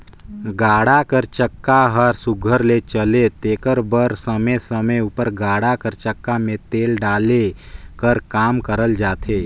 गाड़ा कर चक्का हर सुग्घर ले चले तेकर बर समे समे उपर गाड़ा कर चक्का मे तेल डाले कर काम करल जाथे